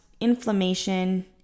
inflammation